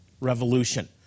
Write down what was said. revolution